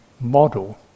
model